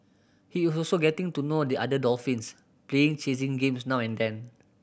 he is also getting to know the other dolphins playing chasing games now and then